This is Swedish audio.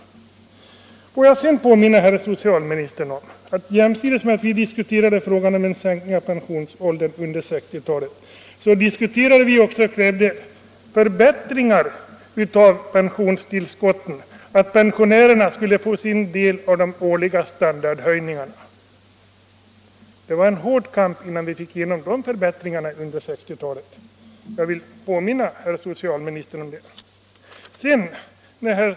Vidare vill jag påminna herr socialministern om att jämsides med att vi under 1960-talet diskuterade frågan om en sänkning av pensionsåldern krävde vi också förbättringar av pensionstillskotten så att pensionärerna skulle få sin del av de årliga standardhöjningarna. Det var en hård kamp vi måste föra innan vi fick igenom de förbättringarna på 1960-talet.